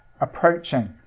approaching